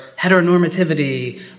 heteronormativity